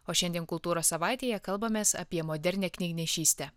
o šiandien kultūros savaitėje kalbamės apie modernią knygnešystę